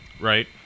right